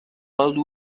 old